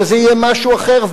שזה יהיה משהו אחר,